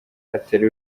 atari